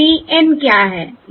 p N क्या है